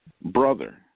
brother